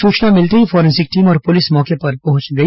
सूचना मिलते ही फॉरेंसिक टीम और पुलिस मौके पर पहुंच गए